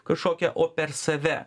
kažkokią o per save